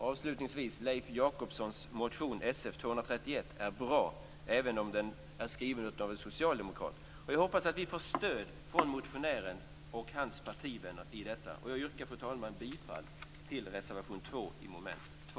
Avslutningsvis vill jag säga att Leif Jakobssons motion Sf231 är bra, även om den är skriven av en socialdemokrat. Jag hoppas vi får stöd från motionären och hans partivänner i detta. Fru talman! Jag yrkar bifall till reservation 2 under mom. 2.